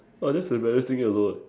orh that's embarassing also leh